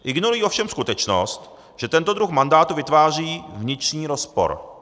Ignorují ovšem skutečnost, že tento druh mandátu vytváří vnitřní rozpor.